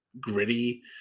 gritty